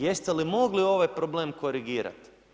Jeste li mogli ovaj problem korigirati?